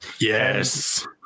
Yes